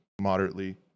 moderately